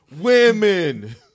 Women